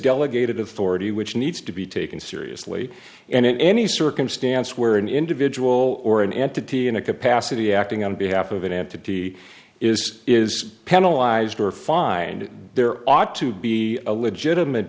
delegate it authority which needs to be taken seriously and in any circumstance where an individual or an entity in a capacity acting on behalf of an entity is is paralyzed or find there ought to be a legitimate